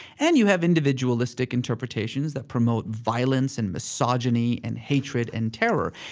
and you have individualistic interpretations that promote violence, and misogyny, and hatred, and terror.